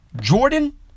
Jordan